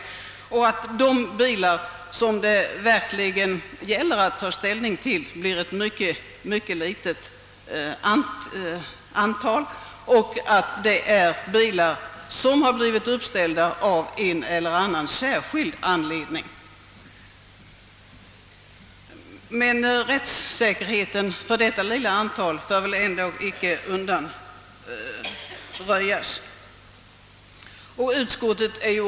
Det skulle även innebära att de bilar i fråga om vilka tidsfristen blir aktuell kommer att uppgå till ett mycket litet antal. Det kommer endast att bli fråga om sådana bilar som blivit uppställda av någon särskild anledning. Rättssäkerheten för detta lilla antal får dock inte undanröjas.